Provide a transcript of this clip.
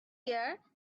year